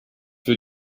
für